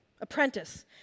Apprentice